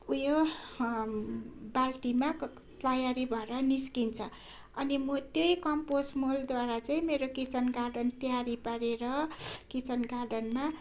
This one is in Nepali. उयो बाल्टीमा क तयारी भएर निस्किन्छ अनि म त्यही कम्पोस्ट मलद्वारा चाहिँ मेरो किचन गार्डन तयारी पारेर किचन गार्डनमा